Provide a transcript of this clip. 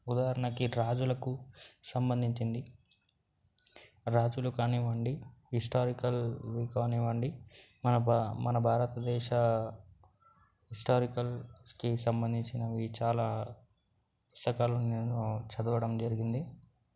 ఉదాహరణకి రాజులకు సంబంధించింది రాజులు కానివ్వండి హిస్టారికల్ కానివ్వండి మన భారతదేశ హిస్టారికల్కి సంబంధించిన చాలా పుస్తకాలను నేను చదవడం జరిగింది